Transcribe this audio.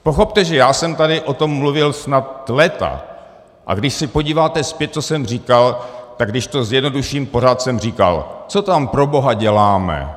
Pochopte, že já jsem tady o tom mluvil snad léta, a když se podíváte zpět, co jsem říkal, tak když to zjednoduším, pořád jsem říkal: Co tam proboha děláme?